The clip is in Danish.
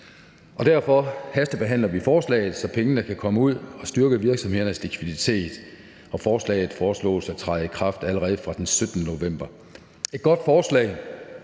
derfor hastebehandler vi forslaget, så pengene kan komme ud at styrke virksomhedernes likviditet. Forslaget foreslås at træde i kraft allerede fra den 17. november. Det er et godt forslag,